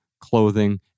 clothing